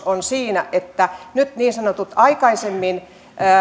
on se että nyt niin sanotut aikaisemmin